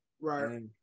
Right